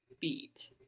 beat